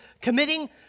committing